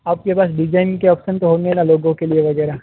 आपके पास डिजाइनिंग के ऑप्शन तो होंगे न लोगो के लिए वगैरह